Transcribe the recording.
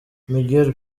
miguel